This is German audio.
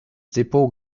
depot